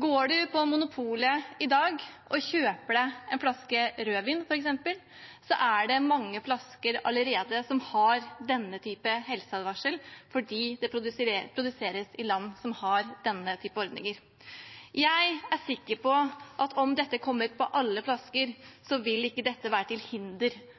Går man på Vinmonopolet i dag og kjøper en flaske rødvin, f.eks., er det allerede mange flasker som har denne typen helseadvarsler, fordi de produseres i land som har denne typen ordninger. Jeg er sikker på at om dette kommer på alle flasker, vil det ikke være til hinder